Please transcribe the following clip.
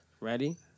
Ready